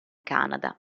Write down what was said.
canada